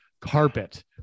carpet